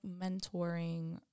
mentoring